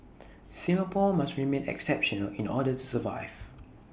Singapore must remain exceptional in order to survive